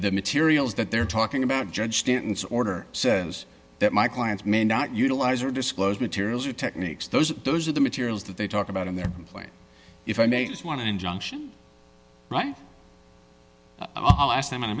the materials that they're talking about judge stanton's order says that my clients may not utilize or disclose materials or techniques those those are the materials that they talk about in their plan if i may just want to injunction right i'll ask them in a